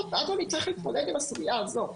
ואז לא נצטרך להתמודד עם הסוגיה הזאת.